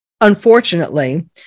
unfortunately